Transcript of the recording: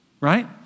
right